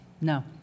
No